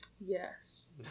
Yes